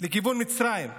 לכיוון מצרים.